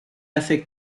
hace